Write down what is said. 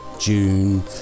June